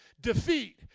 defeat